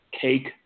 cake